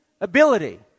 ability